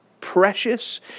precious